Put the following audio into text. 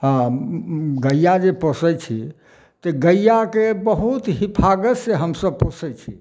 हँ गैया जे पोसै छी तऽ गैयाके बहुत हिफाजत से हमसब पोसै छी